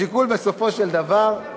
השיקול, בסופו של דבר, מיקי,